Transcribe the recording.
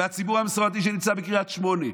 והציבור המסורתי שנמצא בקריית שמונה.